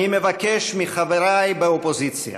אני מבקש מחבריי באופוזיציה: